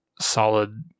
solid